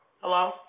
Hello